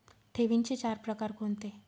ठेवींचे चार प्रकार कोणते?